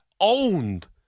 owned